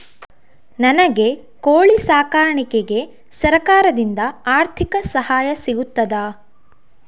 ನನಗೆ ಕೋಳಿ ಸಾಕಾಣಿಕೆಗೆ ಸರಕಾರದಿಂದ ಆರ್ಥಿಕ ಸಹಾಯ ಸಿಗುತ್ತದಾ?